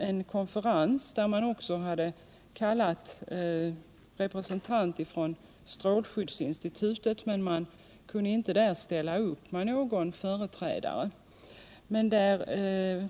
en konferens till vilken man hade kallat också en representant för strålskyddsinstitutet, som dock inte kunde ställa upp med någon företrädare.